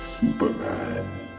Superman